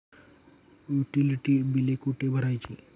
Utility बिले कुठे भरायची?